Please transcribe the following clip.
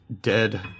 dead